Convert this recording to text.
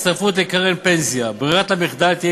לקבוע כי בעת הצטרפות לקרן פנסיה ברירת המחדל תהיה